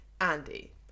Andy